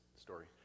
story